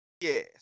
Yes